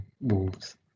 wolves